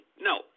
No